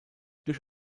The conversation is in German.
durch